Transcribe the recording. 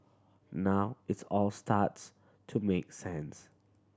now its all starts to make sense